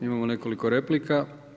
Imamo nekoliko replika.